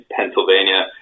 Pennsylvania